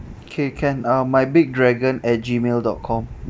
okay can uh my big dragon at Gmail dot com